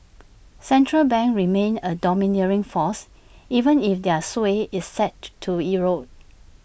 central banks remain A domineering force even if their sway is set to erode